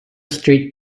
street